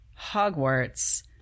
Hogwarts